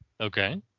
Okay